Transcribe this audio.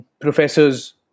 professors